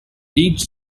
each